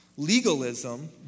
Legalism